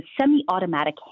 semi-automatic